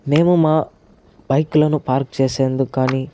మేము మా బైక్ లను పార్క్ చేసేందుకు కానీ